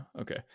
Okay